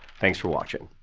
thanks for watching.